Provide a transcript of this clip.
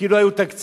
כי לא היו תקציבים,